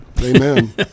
Amen